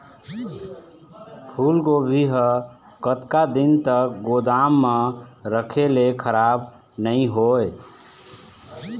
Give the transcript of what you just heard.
फूलगोभी हर कतका दिन तक गोदाम म रखे ले खराब नई होय?